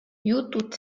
jutud